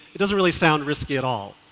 it doesn't really sound risky at all.